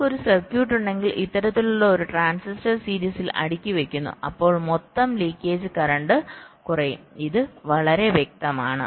നിങ്ങൾക്ക് ഒരു സർക്യൂട്ട് ഉണ്ടെങ്കിൽ ഇത്തരത്തിലുള്ള ഒരു ട്രാൻസിസ്റ്റർ സീരീസിൽ അടുക്കി വയ്ക്കുന്നു അപ്പോൾ മൊത്തം ലീക്കേജ് കറന്റ് കുറയും ഇത് വളരെ വ്യക്തമാണ്